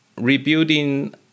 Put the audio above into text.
rebuilding